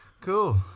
cool